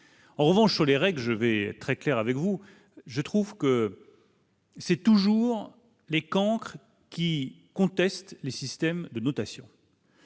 en revanche, les règles, je vais être très clair avec vous, je trouve que. C'est toujours les cancres qui contestent le système de notation.